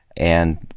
and,